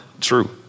true